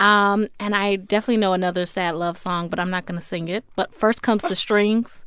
um and i definitely know another sad love song, but i'm not going to sing it. but first comes the strings,